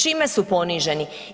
Čime su poniženi?